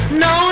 no